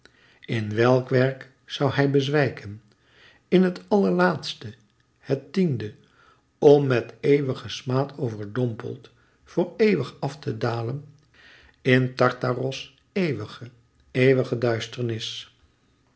in welk werk zoû hij bezwijken in het allerlaatste het tiende om met eeuwigen smaad overdompeld voor eeuwig af te dalen in tartaros eeuwige eeuwige duisternis